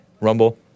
Rumble